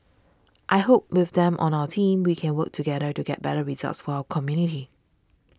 I hope with them on our team we can work together to get better results for our community